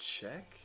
check